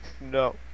No